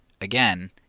again